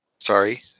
Sorry